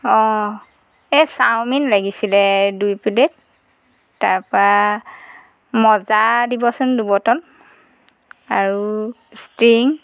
অঁ এ চাওমিন লাগিছিলে দুই প্লে'ট তাৰ পা মাজা দিবচোন দুবটল আৰু ষ্টিং